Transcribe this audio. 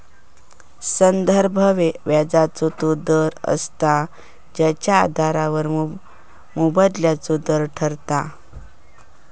संदर्भ व्याजाचो तो दर असता जेच्या आधारावर मोबदल्याचो दर ठरता